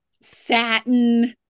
satin